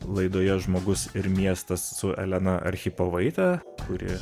laidoje žmogus ir miestas su elena archipovaite kuri